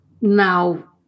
now